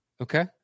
Okay